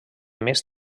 més